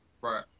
Right